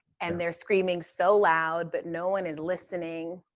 and they're screaming so loud, but no one is listening.